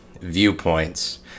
viewpoints